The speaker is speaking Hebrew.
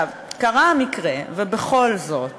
קרה המקרה ובכל זאת